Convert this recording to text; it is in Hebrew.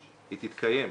והיא תתקיים.